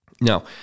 Now